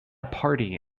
party